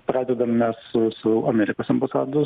pradedam mes su su amerikos ambasados